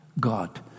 God